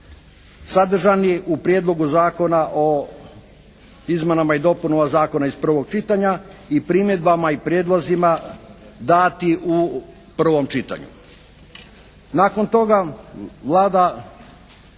sadržani u prijedlogu zakona o izmjenama i dopunama zakona iz prvog čitanja i primjedbama i prijedlozima dati u prvom čitanju. Nakon toga Vlada